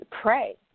pray